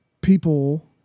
people